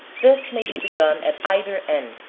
this may be begun at either end,